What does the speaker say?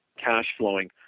cash-flowing